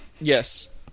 yes